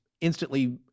instantly